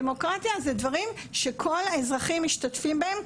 דמוקרטיה זה דברים שכל האזרחים משתתפים בהם.